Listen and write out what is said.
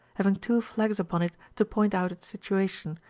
having two flags upon it to point out its situation,